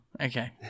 okay